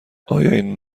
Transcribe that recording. این